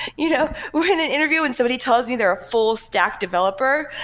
you know when in an interview and somebody tells you they're a full-stack developer,